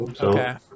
Okay